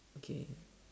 K